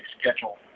schedule